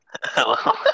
Hello